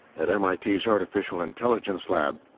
at m i t s artificial-intelligence lab,